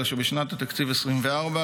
אלא שבשנת התקציב 2024,